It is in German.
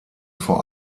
vor